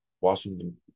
Washington